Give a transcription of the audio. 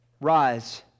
Rise